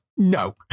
No